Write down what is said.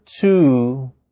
two